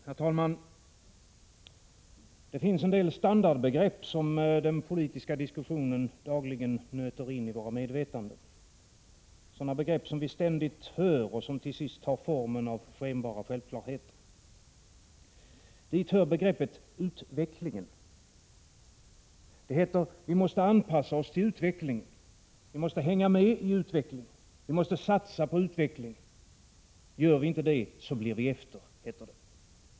Herr talman! Det finns en del standardbegrepp som den politiska diskussionen dagligen nöter in i våra medvetanden, sådana begrepp som vi ständigt hör och som till sist tar formen av skenbara självklarheter. Dit hör begreppet ”utvecklingen”. Det heter: Vi måste hänga med i utvecklingen. Vi måste satsa på utvecklingen. Gör vi inte det så blir vi efter, heter det.